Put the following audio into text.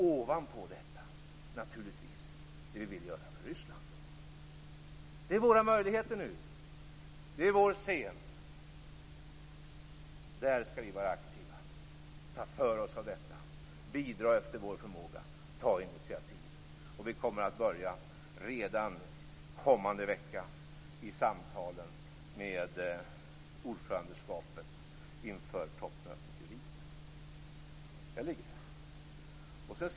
Ovanpå detta kommer naturligtvis det vi vill göra för Ryssland. Det är nu våra möjligheter, och det är vår scen. Där skall vi vara aktiva och ta för oss, bidra efter vår förmåga och ta initiativ. Vi kommer att börja redan kommande vecka i samtalen med ordförandelandet inför toppmötet i Wien.